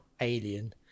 alien